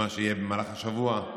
ומה שיהיה במהלך השבוע.